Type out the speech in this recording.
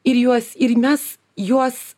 ir juos ir mes juos